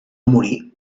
morir